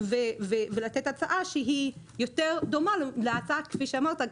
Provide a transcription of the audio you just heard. ולתת הצעה שהיא יותר דומה להצעה כפי שאמרת,